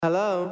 Hello